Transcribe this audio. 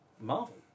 Marvel